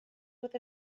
with